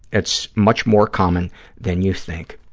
it's much more common than you think.